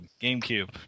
GameCube